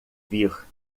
vir